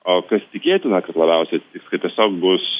o kas tikėtina kad labiausiai atsitiks kad tiesiog bus